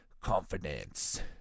confidence